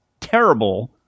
terrible